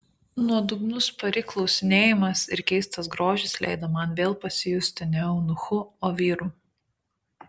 nuodugnus pari klausinėjimas ir keistas grožis leido man vėl pasijusti ne eunuchu o vyru